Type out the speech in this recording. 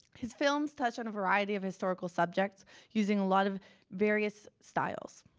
his films touch on a variety of historical subjects using a lot of various styles.